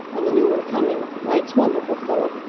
and the new one coming why, it's wonderful, philip.